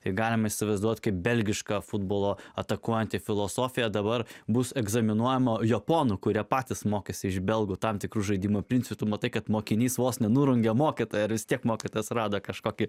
tai galime įsivaizduoti kaip belgišką futbolo atakuojantį filosofija dabar bus egzaminuojama japonų kurie patys mokėsi iš belgų tam tikrų žaidimo principų matai kad mokinys vos nenurungia mokytojas vis tiek mokytojas rado kažkokį